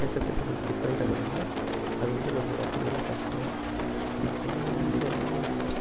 பேச பேச கொஞ்சம் டிஃப்ரெண்டாக இருக்கிறதுனால அது வந்து கொஞ்சம் கற்றுக்கறது கஷ்டம் உனக்கு வந்து ஈஸியானது